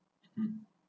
um